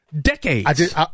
decades